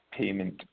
payment